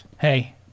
Hey